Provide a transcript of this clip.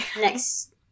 next